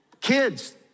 Kids